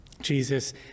Jesus